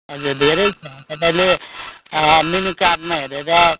हजुर धेरै छ तपाईँले मेन्यू कार्डमा हेरेर